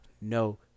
no